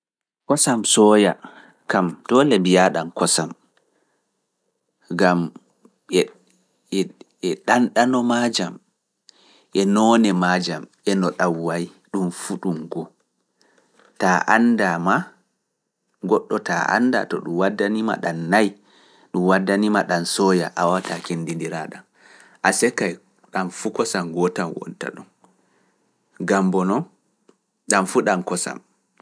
Kosam sooya, kam doole mbiyaa ɗam kosam, gam e ɗanɗano maajam, e noone maajam, e no ɗam wayi, ɗum fuu ɗum goo, taa annda maa, goɗɗo taa annda to ɗum waddani ma ɗam nayi, ɗum waddani ma ɗam sooya, awataa kendindiraa ɗam, a sekkay ɗam fuu kosam ngoo tan wonta ɗum waddani ma ɗam sooya awataa kendindiraa ɗam, a sekkay ɗam fu kosam ngootam wonta ɗum, gam bono ɗam fu ɗam kosam.